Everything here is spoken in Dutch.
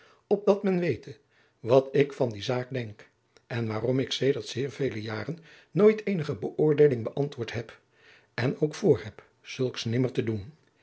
opdat men wete wat ik van die zaak denk en waarom ik sedert zeer vele jaren nooit eenige beoordeeling beantwoord heb en ook voorheb zulks nimmer te doen